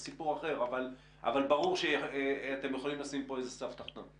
זה סיפור אחר אבל ברור שאתם יכולים לשים כאן סף תחתון.